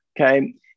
okay